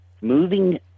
moving